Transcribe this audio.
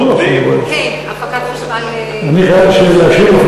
כן, הפקת חשמל.